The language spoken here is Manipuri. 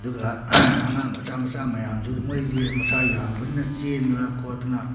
ꯑꯗꯨꯒ ꯑꯉꯥꯡ ꯃꯆꯥ ꯃꯆꯥ ꯃꯌꯥꯝꯁꯨ ꯃꯣꯏꯗꯤ ꯃꯁꯥ ꯌꯥꯡꯕꯅꯤꯅ ꯆꯦꯟꯗꯅ ꯈꯣꯠꯇꯅ